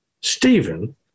Stephen